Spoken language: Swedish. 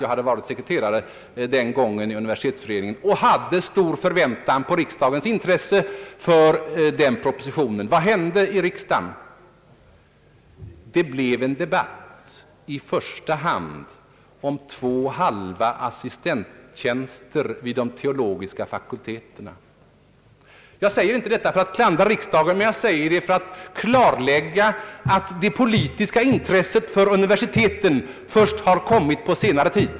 Jag hade varit sekreterare i universitetsutredningen och hade den gången stor förväntan på riksdagens intresse för propositionen. Vad hände i riksdagen? Det blev en debatt i första hand om två halva assistenttjänster vid de teologiska fakulteterna. Jag nämner inte detta för att klandra riksdagen, men jag gör det för att klarlägga att det politiska intresset för universiteten har kommit först på senare tid.